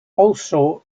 also